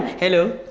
hello.